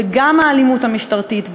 וגם האלימות המשטרתית,